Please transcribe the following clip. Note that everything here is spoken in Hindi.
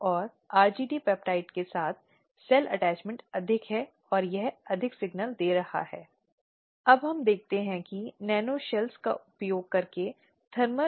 चूंकि यह नियोक्ता है जो आंतरिक शिकायत समिति का गठन कर रहा है किसी भी तरह से आंतरिक शिकायत समिति को नियोक्ता के फैसले या नियोक्ता के निर्देशों से प्रभावित नहीं होना चाहिए और इसलिए एक स्वतंत्र सदस्य की उपस्थिति होनी चाहिए